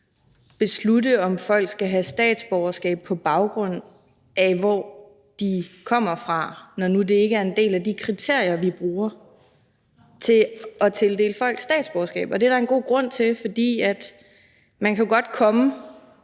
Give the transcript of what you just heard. beslutte, om folk skal have statsborgerskab, på baggrund af hvor de kommer fra, når nu det ikke er en del af de kriterier, vi bruger til at tildele folk statsborgerskab. Og det er der en god grund til, for man kan jo godt komme